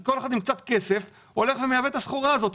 כל אחד עם קצת כסף הולך ומייבא את הסחורה הזאת,